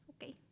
Okay